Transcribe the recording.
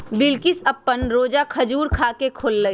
बिलकिश अप्पन रोजा खजूर खा के खोललई